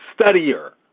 studier